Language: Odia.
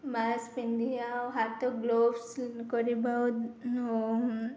ମାସ୍କ ପିନ୍ଧିବା ଆଉ ହାତ ଗ୍ଲୋଭ୍ସ କରିବା